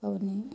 पबनी